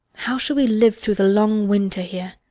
how shall we live through the long winter here?